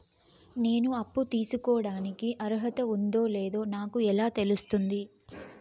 నేను అప్పు తీసుకోడానికి అర్హత ఉందో లేదో నాకు ఎలా తెలుస్తుంది?